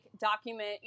document